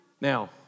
now